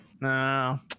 No